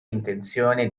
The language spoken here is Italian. intenzione